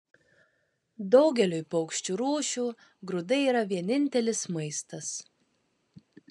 daugeliui paukščių rūšių grūdai yra vienintelis maistas